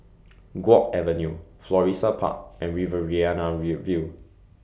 Guok Avenue Florissa Park and Riverina View View